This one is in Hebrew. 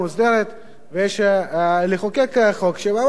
ויש לחוקק חוק שיבוא ויסדיר את הסוגיה.